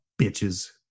bitches